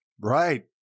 Right